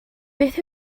beth